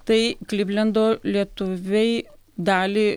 tai klivlendo lietuviai dalį